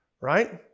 Right